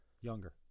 younger